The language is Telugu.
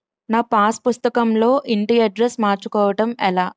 నా పాస్ పుస్తకం లో ఇంటి అడ్రెస్స్ మార్చుకోవటం ఎలా?